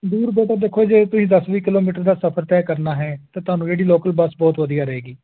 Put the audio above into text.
ਦੂਰ ਬੇਟਾ ਦੇਖੋ ਜੇ ਤੁਸੀਂ ਦਸ ਵੀਹ ਕਿਲੋਮੀਟਰ ਦਾ ਸਫ਼ਰ ਤੈਅ ਕਰਨਾ ਹੈ ਤਾਂ ਤੁਹਾਨੂੰ ਜਿਹੜੀ ਲੋਕਲ ਬੱਸ ਬਹੁਤ ਵਧੀਆ ਰਹੇਗੀ